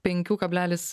penkių kablelis